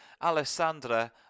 Alessandra